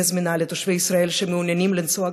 זמינה לתושבי ישראל שמעוניינים לנסוע,